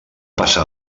passar